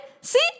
See